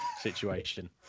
situation